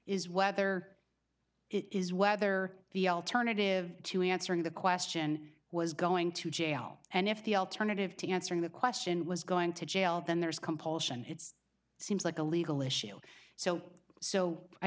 is whether it is whether the alternative to answering the question was going to jail and if the alternative to answering the question was going to jail then there is compulsion it's seems like a legal issue so so i